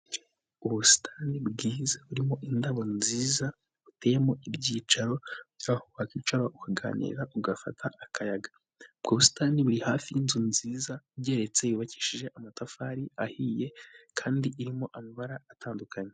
Ubusitani bwiza burimo indabo nziza buteyemo ibyicaro aho wakwicara ukaganira ugafata akayaga ubwo busitani buri hafi y'inzu nziza igeretse yubakishije amatafari ahiye kandi irimo amabara atandukanye.